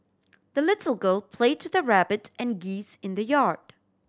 the little girl played to the rabbit and geese in the yard